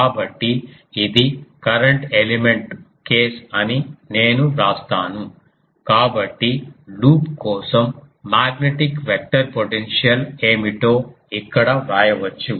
కాబట్టి ఇది current element case అని నేనువ్రాస్తాను కాబట్టి లూప్ కోసం మాగ్నెటిక్ వెక్టర్ పొటెన్షియల్ ఏమిటో ఇక్కడ వ్రాయవచ్చు